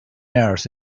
earth